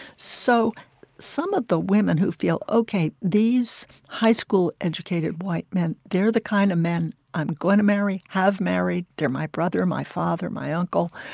so some of the women who feel, ok, these high school-educated white men they're the kind of men i'm going to marry, have married. they're my brother, my father, my uncle.